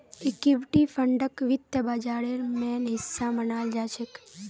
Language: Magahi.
इक्विटी फंडक वित्त बाजारेर मेन हिस्सा मनाल जाछेक